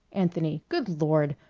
anthony good lord!